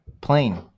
plane